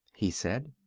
he said.